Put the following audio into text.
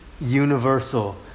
universal